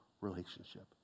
relationship